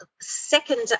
second